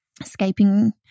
escaping